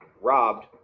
robbed